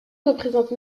représente